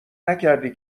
نکردی